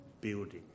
building